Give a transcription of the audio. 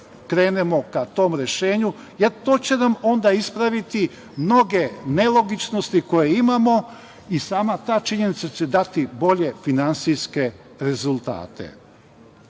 krenemo ka tom rešenju, jer to će nam onda ispraviti mnoge nelogičnosti koje imamo i sama ta činjenica će dati bolje finansijske rezultate. Znate,